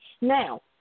Now